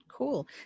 Cool